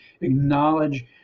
acknowledge